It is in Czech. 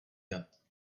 dat